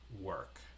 work